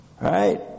Right